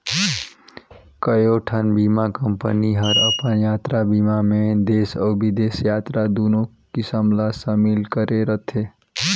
कयोठन बीमा कंपनी हर अपन यातरा बीमा मे देस अउ बिदेस यातरा दुनो किसम ला समिल करे रथे